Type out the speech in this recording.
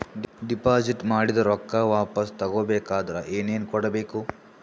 Deposit ಮಾಡಿದ ರೊಕ್ಕ ವಾಪಸ್ ತಗೊಬೇಕಾದ್ರ ಏನೇನು ಕೊಡಬೇಕು?